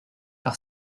par